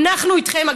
אנחנו איתכם?